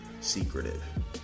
secretive